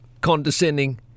condescending